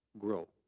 grow